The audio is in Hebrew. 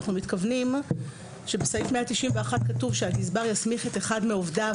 אנחנו מתכוונים לכך שבסעיף 191 כתוב שהגזבר יסמיך את אחד מעובדיו,